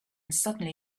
suddenly